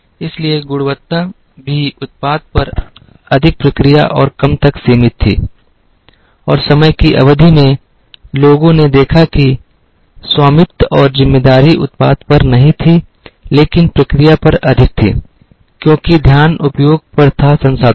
इसलिए गुणवत्ता भी उत्पाद पर अधिक प्रक्रिया और कम तक सीमित थी और समय की अवधि में लोगों ने देखा कि स्वामित्व और जिम्मेदारी उत्पाद पर नहीं थी लेकिन प्रक्रिया पर अधिक थी क्योंकि ध्यान उपयोग पर था संसाधनों की